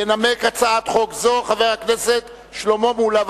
ינמק הצעת חוק זו חבר הכנסת שלמה מולה.